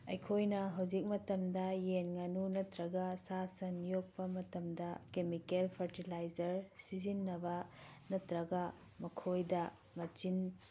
ꯑꯩꯈꯣꯏꯅ ꯍꯧꯖꯤꯛ ꯃꯇꯝꯗ ꯌꯦꯟ ꯉꯥꯅꯨ ꯅꯠꯇ꯭ꯔꯒ ꯁꯥ ꯁꯟ ꯌꯣꯛꯄ ꯃꯇꯝꯗ ꯀꯦꯃꯤꯀꯦꯜ ꯐꯔꯇꯤꯂꯥꯏꯖꯔ ꯁꯤꯖꯤꯟꯅꯕ ꯅꯠꯇ꯭ꯔꯒ ꯃꯈꯣꯏꯗ ꯃꯆꯤꯟ